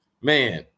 man